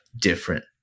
different